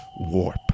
warp